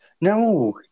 no